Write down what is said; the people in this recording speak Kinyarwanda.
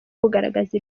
kugaragaza